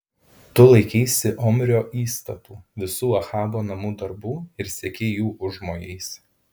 tu laikeisi omrio įstatų visų ahabo namų darbų ir sekei jų užmojais